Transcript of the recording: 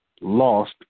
lost